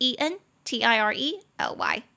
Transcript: Entirely